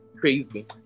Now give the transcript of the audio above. crazy